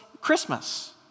Christmas